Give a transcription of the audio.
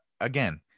again